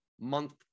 month